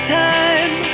time